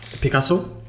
Picasso